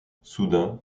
soudain